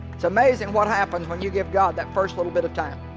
it's amazing what happens when you give god that first little bit of time